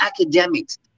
academics